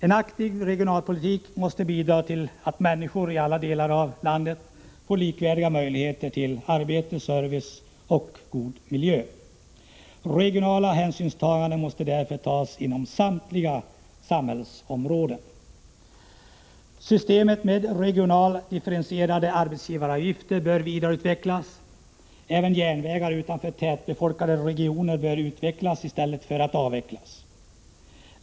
En aktiv regionalpolitik måste bidra till att människor i alla delar av landet får likvärdiga möjligheter till arbete, service och god miljö. Regionala hänsyn måste därför tas inom samtliga samhällsområden. Systemet med regionalt differentierade arbetsgivaravgifter bör vidareutvecklas. Även järnvägar utanför de tätbefolkade regionerna bör utvecklas i stället för avvecklas.